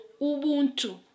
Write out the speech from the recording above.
Ubuntu